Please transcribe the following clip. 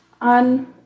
on